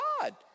god